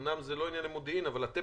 אומנם זה לא ענייני מודיעין אבל אתם